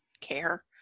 care